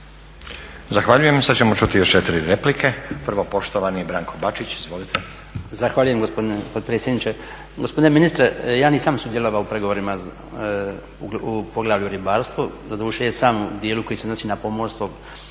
Zahvaljujem sada ćemo čuti još 4 replike. Prvo poštovani Branko Bačić. Izvolite. **Bačić, Branko (HDZ)** Zahvaljujem gospodine potpredsjedniče. Gospodine ministre ja nisam sudjelovao u pregovorima u poglavlju ribarstvo doduše jesam u dijelu koji se odnosi na pomorsko